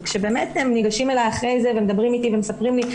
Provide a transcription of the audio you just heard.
הם ניגשים אלי אחרי ההרצאה ומדברים אתי ומספרים לי.